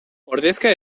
ordezka